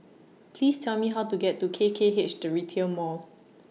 Please Tell Me How to get to K K H The Retail Mall